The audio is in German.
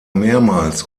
mehrmals